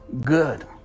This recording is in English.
good